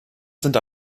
sind